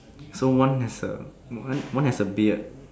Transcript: so one is a one one has a beard